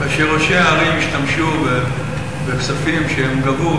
כאשר ראשי הערים השתמשו בכספים שהם גבו,